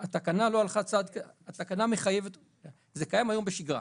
זה קיים היום בשגרה.